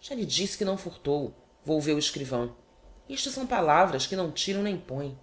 já lhe disse que não furtou volveu o escrivão isto são palavras que não tiram nem põem